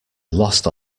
lost